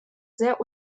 sehr